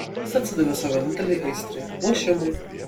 jis atsidavė savo vienintelei aistrai lošimui